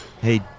Hey